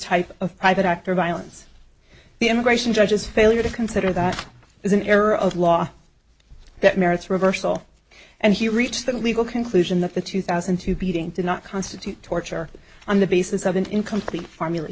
type of private act or violence the immigration judges failure to consider that as an error of law that merits reversal and he reached the legal conclusion that the two thousand and two beating did not constitute torture on the basis of an incomplete formulat